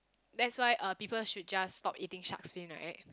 that's why uh people should just stop eating shark's fin right